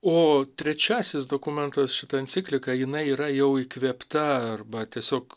o trečiasis dokumentas šita enciklika jinai yra jau įkvėpta arba tiesiog